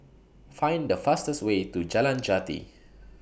Find The fastest Way to Jalan Jati